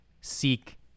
seek